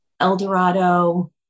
eldorado